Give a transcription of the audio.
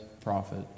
prophet